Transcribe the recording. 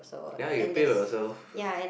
ya you can pay by yourself